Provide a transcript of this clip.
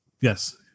Yes